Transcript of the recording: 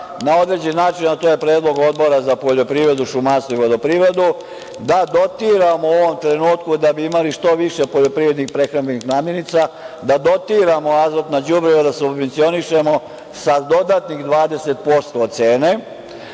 na određen način, a to je predlog Odbora za poljoprivredu, šumarstvo i vodoprivredu, da dotiramo u ovom trenutku da bi imali što više poljoprivrednih i prehrambenih namirnica, da dotiramo azotna đubriva, da subvencionišemo sa dodatnih 20% od cene,